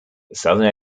southern